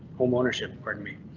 home ownership, pardon me.